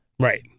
Right